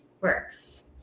Works